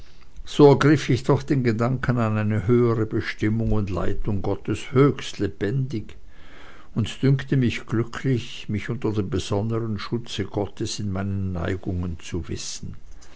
so ergriff ich doch den gedanken an eine höhere bestimmung und leitung gottes höchst lebendig und dünkte mich glücklich mich unter dem besondern schutze gottes in meinen neigungen zu wissen